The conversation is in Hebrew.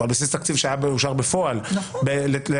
היו שם כ-40-30